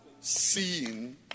Seeing